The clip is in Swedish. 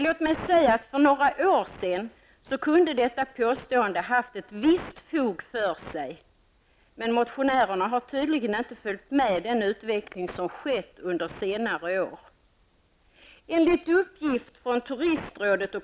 Låt mig säga att för några år sedan kunde detta påstående ha haft ett visst fog för sig, men motionärerna har tydligen inte följt med den utveckling som skett under senare år.